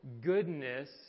goodness